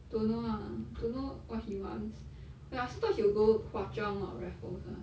don't know lah don't know what he wants eh I still thought he will go hwa chong or raffles lah